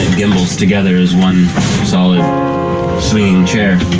and gimbals together as one solid swinging chair.